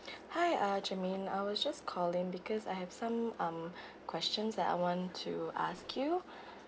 hi uh germaine I was just calling because I have some um questions that I want to ask you